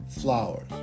flowers